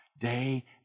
day